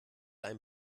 ein